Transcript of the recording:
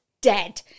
dead